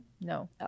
No